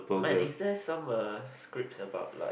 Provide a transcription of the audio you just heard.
but is there some uh scripts about like